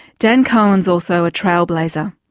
dan kohen is also a trail blazer.